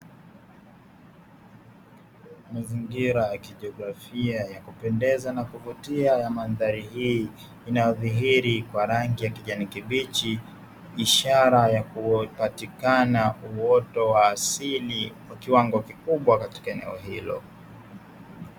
Mazingira ya kijiografia ya kupendeza na kuvutia ya mandhari hii, inayodhihiri kwa rangi ya kijani kibichi, ishara ya kupatikana uoto wa asili kwa kiwango kikubwa katika eneo hilo.